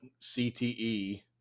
CTE